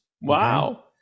wow